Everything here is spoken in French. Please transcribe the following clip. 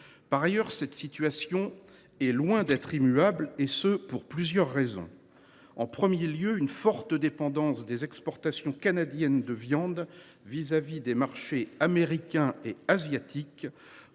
Par ailleurs, cette situation est loin d’être immuable, pour plusieurs raisons. En premier lieu, une forte dépendance des exportations canadiennes de viande vis à vis des marchés américain et asiatique